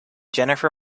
jennifer